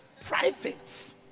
Private